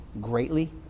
greatly